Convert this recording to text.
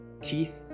teeth